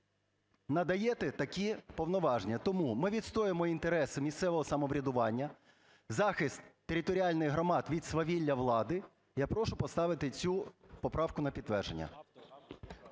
надаєте такі повноваження. Тому ми відстоюємо інтереси місцевого самоврядування, захист територіальних громад від свавілля влади. Я прошу поставити цю поправку на підтвердження.